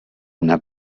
una